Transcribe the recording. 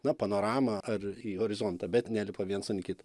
na panoramą ar į horizontą bet nelipa viens an kito